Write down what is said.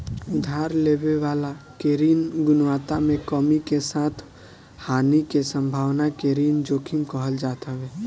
उधार लेवे वाला के ऋण गुणवत्ता में कमी के साथे हानि के संभावना के ऋण जोखिम कहल जात हवे